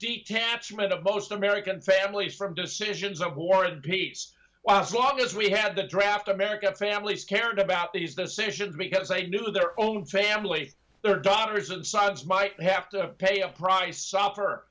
detachment of most american families from decisions of war and peace well as long as we had the draft american families cared about these the sessions because they knew their own family their daughters and sons might have to pay a price